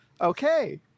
Okay